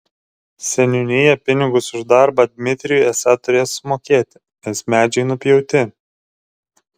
seniūnija pinigus už darbą dmitrijui esą turės sumokėti nes medžiai nupjauti